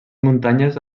muntanyes